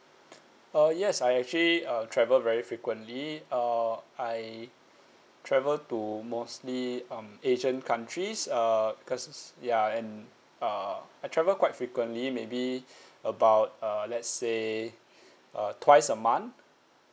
uh yes I actually uh travel very frequently uh I travel to mostly um asian countries err cause ya and uh I travel quite frequently maybe about uh let's say uh twice a month